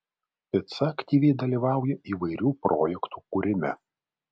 pica aktyviai dalyvauja įvairių projektų kūrime